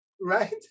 right